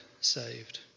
saved